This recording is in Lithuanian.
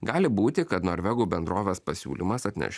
gali būti kad norvegų bendrovės pasiūlymas atneš